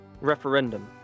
referendum